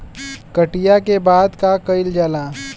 कटिया के बाद का कइल जाला?